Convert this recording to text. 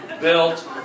built